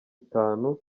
itanu